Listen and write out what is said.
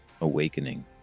awakening